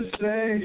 say